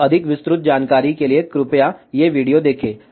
तो अधिक विस्तृत जानकारी के लिए कृपया ये वीडियो देखें